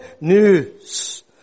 news